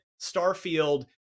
Starfield